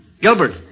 Gilbert